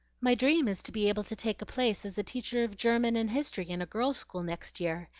my dream is to be able to take a place as teacher of german and history in a girl's school next year.